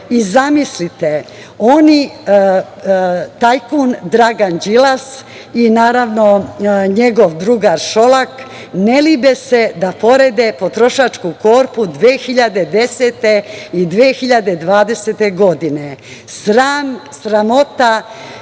Zamislite, tajkun Dragan Đilas i naravno njegov drugar Šolak ne libe se da pored potrošačku korpu 2010. i 2020. godine. Sramota